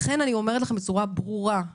לכן אני אומרת בצורה ברורה,